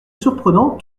surprenant